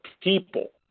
people